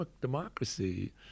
democracy